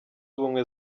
ubumwe